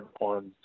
on